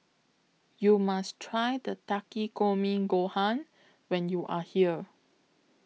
YOU must Try Takikomi Gohan when YOU Are here